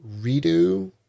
Redo